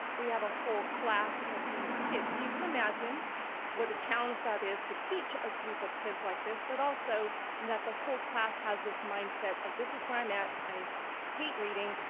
we have a whole class of these kids. so you can imagine what a challenge that is to teach a group of kids like this, but also and that the whole class has this mindset of this is where i'm at, i hate reading,